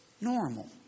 normal